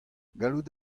gallout